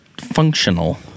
functional